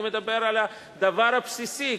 אני מדבר על הדבר הבסיסי,